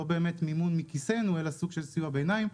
לא באמת מימון מכיסנו, אלא סוג של סיוע ביניים.